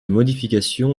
modification